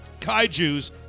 Kaiju's